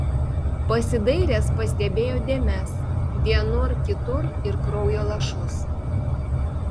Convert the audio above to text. pasidairęs pastebėjo dėmes vienur kitur ir kraujo lašus